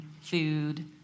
food